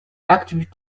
activate